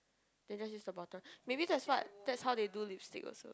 and just use the bottom maybe that's what that's how they do lipstick also